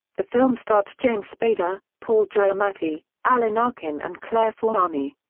the film starred james spader, paul giamatti, alan arkin and claire forlani.